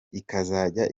ikazajya